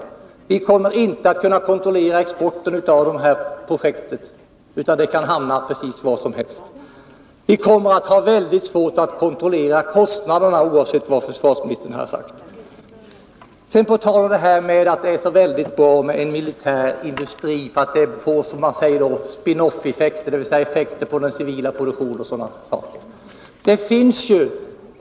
Vi kommer inte att kunna kontrollera exporten av det här projektet, utan det kan leda till vad som helst. Vi kommer också att ha väldigt svårt att kontrollera kostnaderna, oavsett vad försvarsministern har sagt. Det talas om att det är så väldigt bra med en militär industri därför att den innebär få spin off-effekter, dvs. effekter på den civila produktionen etc.